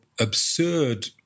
absurd